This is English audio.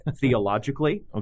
theologically